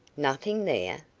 nothing there?